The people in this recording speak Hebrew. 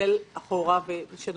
ישן